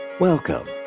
Welcome